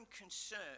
concern